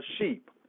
sheep